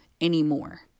anymore